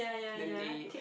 then they